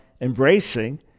embracing